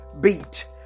beat